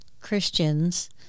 Christians